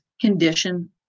condition